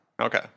Okay